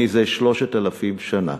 זה 3,000 שנה.